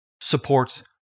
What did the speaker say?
supports